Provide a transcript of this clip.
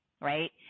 right